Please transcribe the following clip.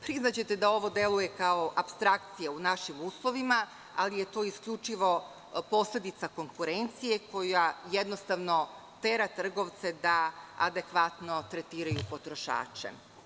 Priznaćete da ovo deluje kao apstrakcija u našim uslovima, ali je to isključivo posledica konkurencije koja jednostavno tera trgovce da adekvatno tretiraju potrošače.